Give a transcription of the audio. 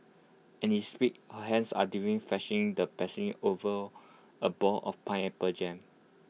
and he speaks her hands are deftly the pastry over A ball of pineapple jam